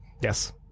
Yes